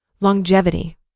Longevity